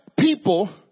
people